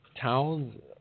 Towns